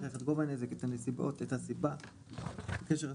את הנסיבות, את הסיבה ואת הקשר הסיבתי.